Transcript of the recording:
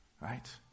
Right